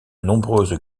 nombreuses